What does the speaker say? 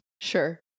Sure